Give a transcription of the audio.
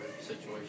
situation